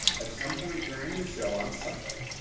at some point during the show on sunday,